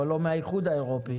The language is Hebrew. אבל לא מהאיחוד האירופי.